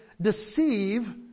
deceive